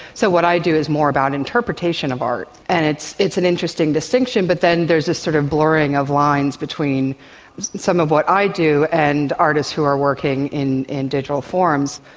so what i do is more about an interpretation of art, and it's it's an interesting distinction, but then there is a sort of blurring of lines between some of what i do and artists who are working in in digital forms.